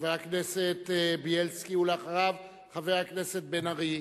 חבר הכנסת בילסקי, ואחריו, חבר הכנסת בן-ארי.